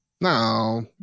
No